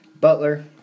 Butler